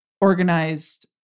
organized